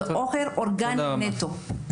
זה אוכל אורגני נטו.